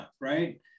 right